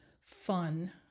fun